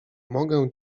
mogę